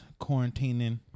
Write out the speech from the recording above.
quarantining